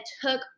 took